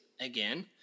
again